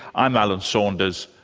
i'm alan saunders,